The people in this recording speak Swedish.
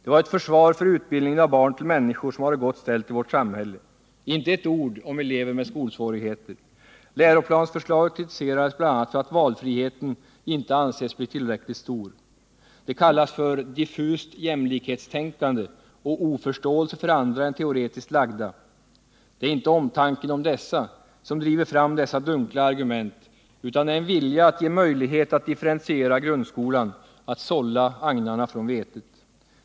Det var ett försvar för utbildningen av barn till människor som har det gott ställt i vårt samhälle. Inte ett ord om elever med skolsvårigheter. Läroplansförslaget kritiserades bl.a. för att valfriheten inte anses bli tillräckligt stor. Det kallas ”diffust jämlikhetstänkande och oförståelse för andra än teoretiskt lagda”. Det är inte omtanken om dessa som driver fram dessa dunkla argument, utan det är en vilja att ge möjlighet att differentiera grundskolan — att sålla agnarna från vetet.